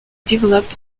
developed